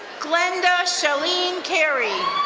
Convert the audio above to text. glenda charlene carrie.